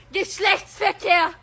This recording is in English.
Geschlechtsverkehr